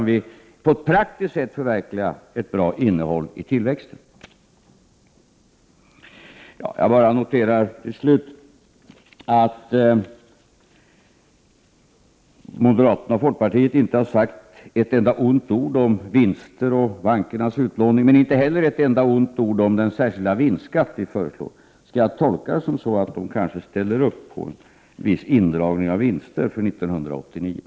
1988/89:59 ett praktiskt sätt förverkliga ett bra innehåll i tillväxten! 1 februari 1989 Till slut noterar jag att moderaterna och folkpartiet inte har sagt ett enda ont ord om vinster och bankernas utlåning, men inte heller ett enda ont ord om den särskilda vinstskatt som vi föreslår. Skall jag tolka detta som att de . kanske stödjer en viss indragning av vinster för 1989?